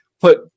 put